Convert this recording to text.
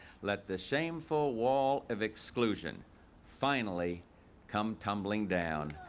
let the shameful wall of exclusion finally come tumbling down.